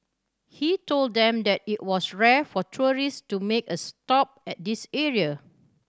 he told them that it was rare for tourist to make a stop at this area